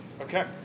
Okay